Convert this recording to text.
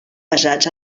basats